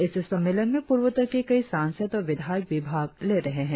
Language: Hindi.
इस सम्मेलन में पूर्वोत्तर के कई सासंद और विधायक भी भाग ले रहे है